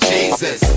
Jesus